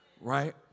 Right